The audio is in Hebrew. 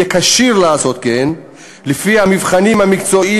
יהיה כשיר לעשות כן לפי המבחנים המקצועיים